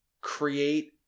create